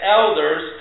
elders